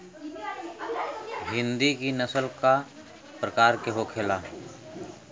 हिंदी की नस्ल का प्रकार के होखे ला?